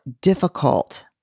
difficult